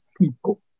people